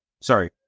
Sorry